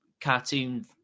cartoon